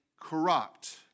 corrupt